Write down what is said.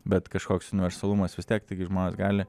bet kažkoks universalumas vis tiek taigi žmonės gali